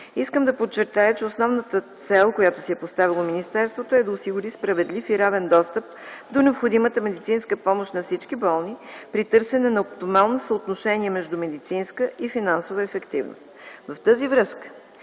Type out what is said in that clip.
Искам да подчертая, че основната цел, която си е поставило министерството, е да осигури справедлив и равен достъп до необходимата медицинска помощ на всички болни при търсене на оптимално съотношение между медицинска и финансова ефективност. В тази връзка